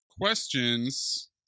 questions